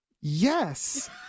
yes